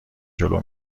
جلو